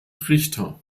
richter